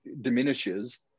diminishes